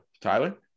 Tyler